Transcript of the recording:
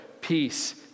peace